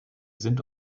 sind